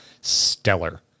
stellar